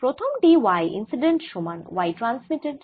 প্রথম টি y incident সমান y ট্রান্সমিটেড